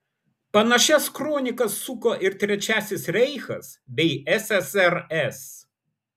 panašias kronikas suko ir trečiasis reichas bei ssrs